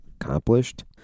accomplished